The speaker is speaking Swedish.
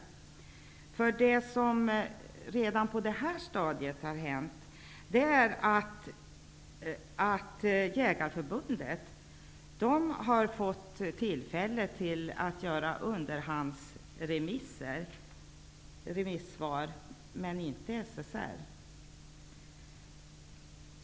Jägarförbundet har redan fått tillfälle att lämna remissvar under hand, men det har inte SSR.